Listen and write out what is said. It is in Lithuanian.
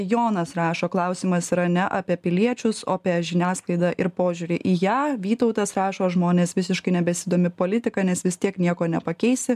jonas rašo klausimas yra ne apie piliečius o apie žiniasklaidą ir požiūrį į ją vytautas rašo žmonės visiškai nebesidomi politika nes vis tiek nieko nepakeisi